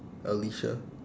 alicia